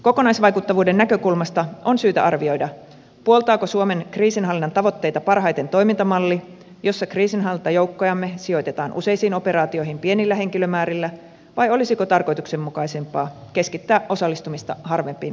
kokonaisvaikuttavuuden näkökulmasta on syytä arvioida puoltaako suomen kriisinhallinnan tavoitteita parhaiten toimintamalli jossa kriisinhallintajoukkojamme sijoitetaan useisiin operaatioihin pienillä henkilömäärillä vai olisiko tarkoituksenmukaisempaa keskittää osallistumista harvempiin operaatioihin